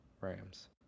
Rams